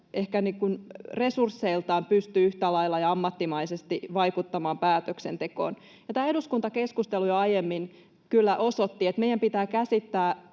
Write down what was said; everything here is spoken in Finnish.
ehkä resursseiltaan pysty yhtä lailla ja ammattimaisesti vaikuttamaan päätöksentekoon. Tämä eduskuntakeskustelu jo aiemmin kyllä osoitti, että meidän pitää käsittää